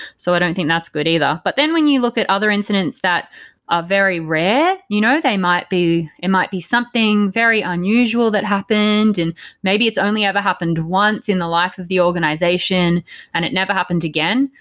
so i don't think that's good either. but then when you look at other incidents that are very rare, you know they might be it might be something very unusual that happened and maybe it's only ever happened once in the life of the organization and it never happened again,